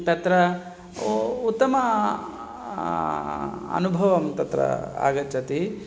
तत्र उ उत्तमः अनुभवः तत्र आगच्छति